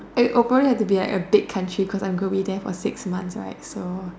it will probably be like a big country cause I'm going there for six months right so